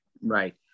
Right